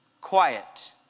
quiet